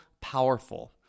powerful